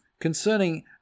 concerning